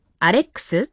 Alex